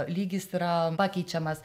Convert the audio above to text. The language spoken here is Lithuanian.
lygis yra pakeičiamas